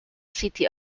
city